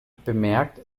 bemerkt